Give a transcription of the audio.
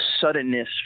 suddenness